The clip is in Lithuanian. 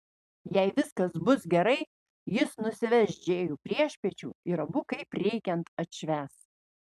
jei viskas bus gerai jis nusives džėjų priešpiečių ir abu kaip reikiant atšvęs